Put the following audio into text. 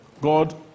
God